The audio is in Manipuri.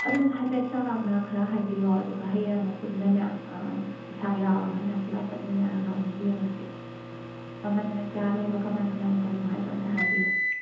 ꯑꯗꯨꯝ ꯍꯥꯏꯐꯦꯠ ꯆꯥꯎꯔꯥꯛꯅ ꯈꯔ ꯍꯥꯏꯕꯤꯔꯣ ꯑꯗꯨꯒ ꯍꯌꯦꯡ ꯑꯃꯨꯛ ꯄꯨꯟꯅꯅꯦ ꯏꯁꯥ ꯌꯥꯎꯔꯒꯅꯦ ꯄꯨꯂꯞ ꯆꯠꯃꯤꯟꯅꯔꯒ ꯑꯃꯨꯛ ꯌꯦꯡꯉꯁꯦ ꯃꯃꯜꯅ ꯀꯌꯥ ꯂꯩꯕ ꯀꯃꯥꯏ ꯀꯃꯥꯏꯅ ꯇꯧꯕ ꯍꯥꯏꯗꯨ ꯑꯝꯇ ꯍꯥꯏꯕꯤꯌꯣ